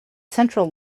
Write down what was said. central